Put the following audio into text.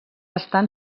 estan